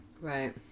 Right